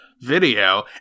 video